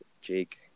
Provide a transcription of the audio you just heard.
Jake